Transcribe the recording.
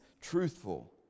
truthful